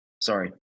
Sorry